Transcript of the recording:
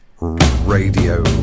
Radio